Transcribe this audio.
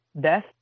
death